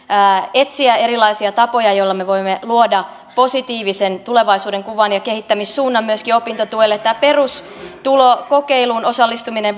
etsiä erilaisia tapoja joilla me voimme luoda positiivisen tulevaisuudenkuvan ja kehittämissuunnan myöskin opintotuelle tämä perustulokokeiluun osallistuminen